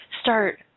start